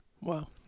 Wow